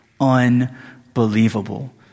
unbelievable